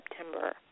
September